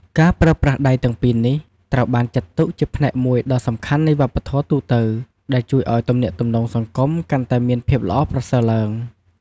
ការប្រើប្រាស់ដៃទាំងពីរនេះ ត្រូវបានចាត់ទុកជាផ្នែកមួយដ៏សំខាន់នៃវប្បធម៌ទូទៅ ដែលជួយឱ្យទំនាក់ទំនងសង្គមកាន់តែមានភាពល្អប្រសើរឡើង។